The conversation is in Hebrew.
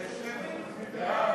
שמית?